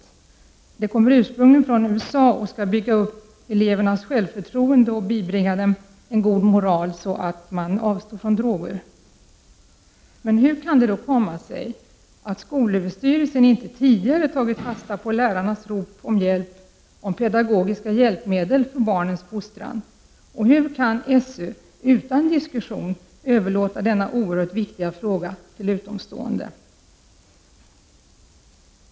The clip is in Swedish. Detta kommer ursprungligen från USA och skall bygga upp elevernas självförtroende och bibringa dem en god moral så att de kan avstå från droger. Hur kan det komma sig att skolöverstyrelsen inte tidigare har tagit fasta på lärarnas rop på hjälp om pedagogiska hjälpmedel för barnens fostran? Hur kan SÖ utan diskussion överlåta denna oerhört viktiga fråga till utomstående?